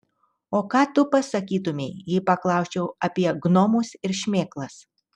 o ką tu pasakytumei jei paklausčiau apie gnomus ir šmėklas